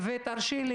ותרשי לי,